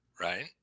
Right